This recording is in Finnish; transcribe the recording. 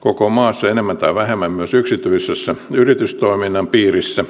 koko maassa enemmän tai vähemmän myös yksityisen yritystoiminnan piirissä